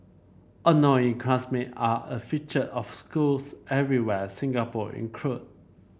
annoying classmate are a feature of schools everywhere Singapore include